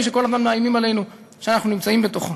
שכל הזמן מאיימים עלינו שאנחנו נמצאים בתוכו.